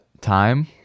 time